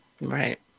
right